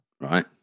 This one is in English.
right